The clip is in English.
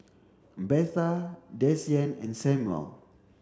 Betha Desean and Samual